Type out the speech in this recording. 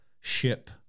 ship